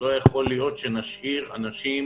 לא יכול להיות שנשאיר אנשים